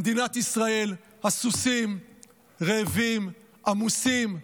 במדינת ישראל הסוסים רעבים, עמוסים,